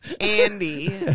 Andy